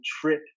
trip